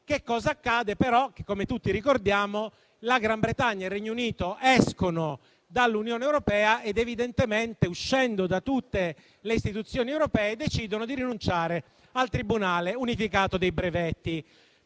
Che cosa accade però? Come tutti ricordiamo, il Regno Unito esce dall'Unione europea ed evidentemente, uscendo da tutte le istituzioni europee, decide di rinunciare al Tribunale unificato dei brevetti.